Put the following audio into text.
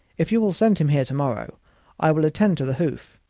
if you will send him here to-morrow i will attend to the hoof,